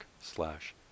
slash